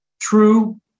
True